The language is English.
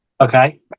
Okay